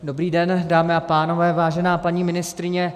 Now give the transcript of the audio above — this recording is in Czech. Dobrý den, dámy a pánové, vážená paní ministryně.